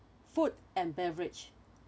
food and beverage